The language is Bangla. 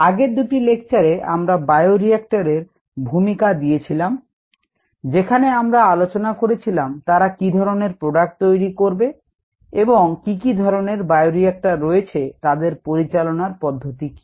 আগের দুটি লেকচারে আমরা বায়োরিক্টর এর ভূমিকা দিয়েছিলাম যেখানে আমরা আলোচনা করেছিলাম তারা কি ধরনের প্রোডাক্ট তৈরি করবে এবং কি কি ধরনের বায়ো রিয়াক্টর রয়েছে তাদের পরিচালনার পদ্ধতি কি